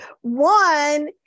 One